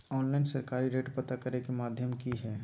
Online सरकारी rate पता करे के माध्यम की हय?